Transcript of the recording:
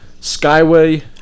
Skyway